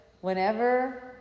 Whenever